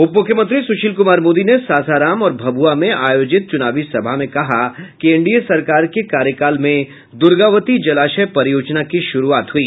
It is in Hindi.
उपमुख्यमंत्री सुशील कुमार मोदी ने सासाराम और भभुआ में आयोजित चुनावी सभा में कहा कि एनडीए सरकार के कार्याकाल में दूर्गावती जलाशय परियोजना की शुरूआत हुई